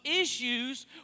issues